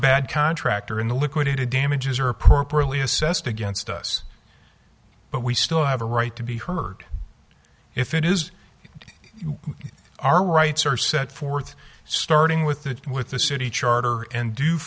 bad contractor in the liquidated damages are appropriately assessed against us but we still have a right to be heard if it is our rights are set forth starting with the with the city charter and do